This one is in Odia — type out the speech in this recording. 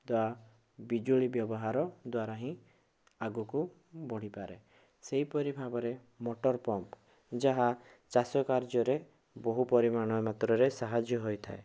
ତାହା ବିଜୁଳି ବ୍ୟବହାର ଦ୍ଵାରା ହିଁ ଆଗକୁ ବଢ଼ିପାରେ ସେହିପରି ଭାବରେ ମଟର୍ ପମ୍ପ୍ ଯାହା ଚାଷ କାର୍ଯ୍ୟରେ ବୋହୁ ପରିମାଣ ମାତ୍ରରେ ସାହାଯ୍ୟ ହୋଇଥାଏ